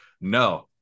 No